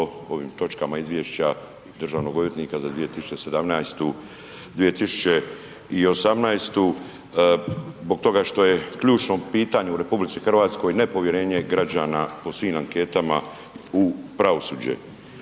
ovim točkama izvješća državnog odvjetnika za 2017., 2018. zbog toga što je ključno pitanje u RH ne povjerenje građana po svim anketama u pravosuđe.